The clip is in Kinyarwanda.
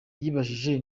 yibajije